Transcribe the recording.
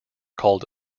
called